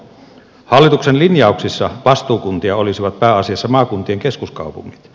hallituksen linjauksissa vastuukuntia olisivat pääasiassa maakuntien keskuskaupungit